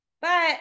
But-